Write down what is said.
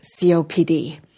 COPD